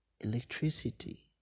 electricity